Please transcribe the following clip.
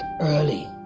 early